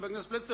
חבר הכנסת פלסנר,